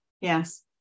Yes